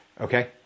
okay